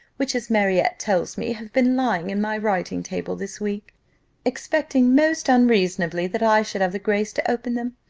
which, as marriott tells me, have been lying in my writing-table this week expecting, most unreasonably, that i should have the grace to open them?